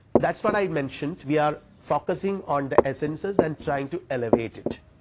that is what i mentioned we are focusing on the essences and trying to elevate it